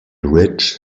rich